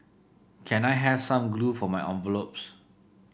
can I has some glue for my envelopes